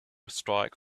strike